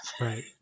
Right